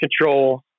control